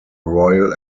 royal